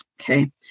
Okay